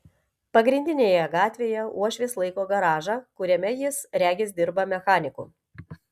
pagrindinėje gatvėje uošvis laiko garažą kuriame jis regis dirba mechaniku